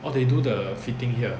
orh they do the fitting here